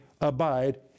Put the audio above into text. abide